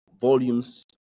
volumes